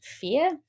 fear